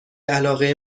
علاقه